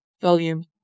volume